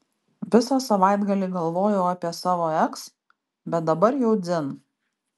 visą savaitgalį galvojau apie savo eks bet dabar jau dzin